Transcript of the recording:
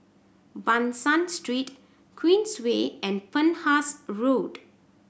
Ban San Street Queensway and Penhas Road